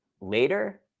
later